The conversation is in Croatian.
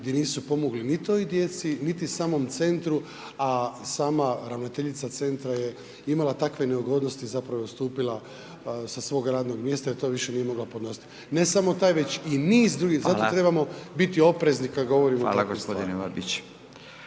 gdje nisu pomogli ni toj djeci, niti samom centru, a sama ravnateljica centra je imala takve neugodnosti zapravo da je odstupila sa svoga radnog mjesta jer to nije više mogla podnositi. Ne samo taj, već i niz drugih, zato trebamo biti oprezni kad govorimo takve stvari. **Radin, Furio